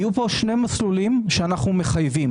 יהיו שני מסלולים שאנחנו מחייבים